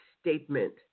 statement